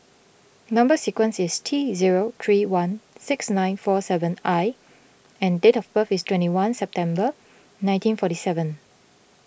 Number Sequence is T zero three one six nine four seven I and date of birth is twenty one September nineteen forty seven